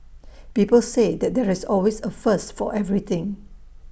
people say that there's always A first for everything